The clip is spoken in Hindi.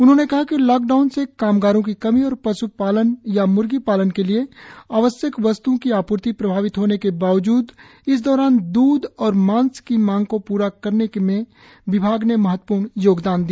उन्होंने कहा कि लॉकडाउन से कामगारों की कमी और पश्पालन या म्र्गी पालन के लिए आवश्यक वस्त्ओं की आपूर्ति प्रभावित होने के बावजूद इस दौरान द्ध और मांस की मांग को पूरा करने में विभाग ने महत्वपूर्ण योगदान दिया